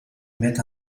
met